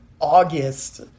August